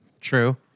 True